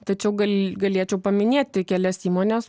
tačiau gal galėčiau paminėti kelias įmones